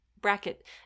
bracket